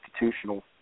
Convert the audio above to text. institutional –